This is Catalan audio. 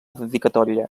dedicatòria